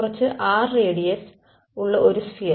കുറച്ച് r radius ഉള്ള ഒരു സ്ഫിയർ